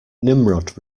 nimrod